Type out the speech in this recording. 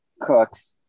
cooks